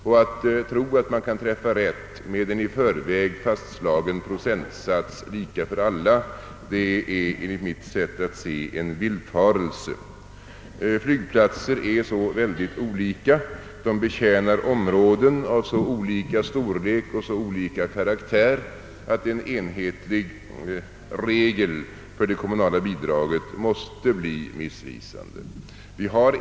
Det är enligt mitt sätt att se en stor villfarelse att tro, att man kan träffa rätt med en i förväg fastslagen procentsats, lika för alla. Flygplatser är så väldigt olika, de betjänar områden av så olika storlek och så olika karaktär, att en enhetlig regel för det kommunala bidraget måste bli missvisande.